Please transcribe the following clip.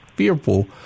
fearful